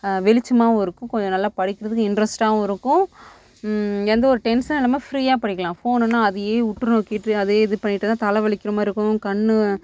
வெளிச்சமாகவும் இருக்கும் கொஞ்சம் நல்லா படிக்கிறதுக்கு இன்ட்ரெஸ்டாகவும் இருக்கும் எந்தவொரு டென்ஷனும் இல்லாமல் ஃப்ரீயாக படிக்கலாம் ஃபோனுனால் அதையே உற்றுநோக்கிட்டு அதையே இது பண்ணிட்டு தான் தலை வலிக்கிற மாதிரி இருக்கும் கண்